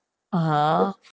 (uh huh)